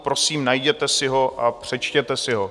Prosím, najděte si ho a přečtěte si ho.